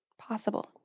possible